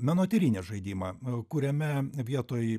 menotyrinį žaidimą kuriame vietoj